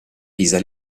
pisa